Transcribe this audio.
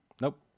Nope